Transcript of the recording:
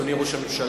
אדוני ראש הממשלה,